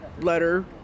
letter